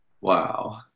wow